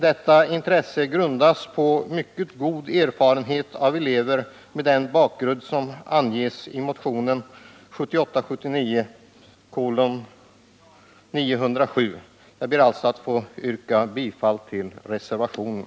Detta intresse grundas på mycket god erfarenhet av elever med den bakgrund som anges i motionen 1978/79:907. Jag ber att få yrka bifall till reservationen.